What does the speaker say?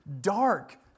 dark